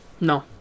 No